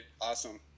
Awesome